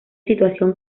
situación